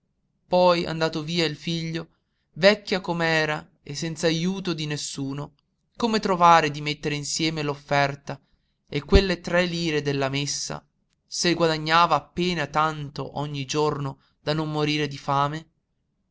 sangue poi andato via il figlio vecchia com'era e senz'ajuto di nessuno come trovare da mettere insieme l'offerta e quelle tre lire della messa se guadagnava appena tanto ogni giorno da non morire di fame